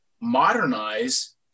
modernize